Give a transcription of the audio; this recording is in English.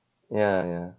ya ya